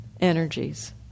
energies